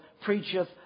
preacheth